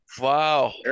Wow